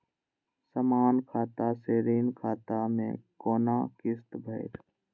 समान खाता से ऋण खाता मैं कोना किस्त भैर?